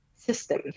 System